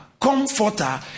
comforter